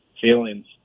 feelings